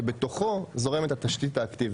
שבתוכו זורמת התשתית האקטיבית.